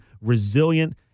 resilient